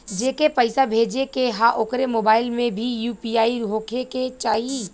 जेके पैसा भेजे के ह ओकरे मोबाइल मे भी यू.पी.आई होखे के चाही?